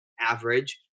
average